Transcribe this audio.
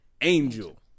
Angel